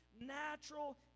natural